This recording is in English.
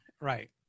right